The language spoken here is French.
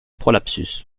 prolapsus